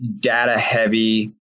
data-heavy